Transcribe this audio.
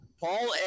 Paul